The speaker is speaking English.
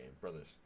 brothers